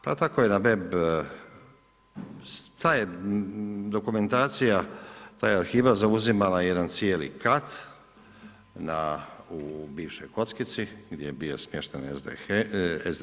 Pa tako je na web, ta je dokumentacija, ta je arhiva zauzimala jedan cijeli kat u bivšoj kockici gdje je bio smješten SDP.